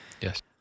Yes